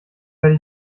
werde